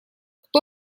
кто